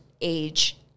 age